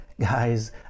guys